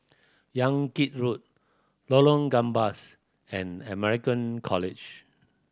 Yan Kit Road Lorong Gambas and American College